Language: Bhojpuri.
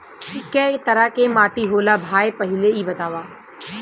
कै तरह के माटी होला भाय पहिले इ बतावा?